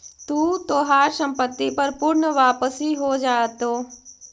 तू तोहार संपत्ति पर पूर्ण वापसी हो जाएतो